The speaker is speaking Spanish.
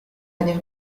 años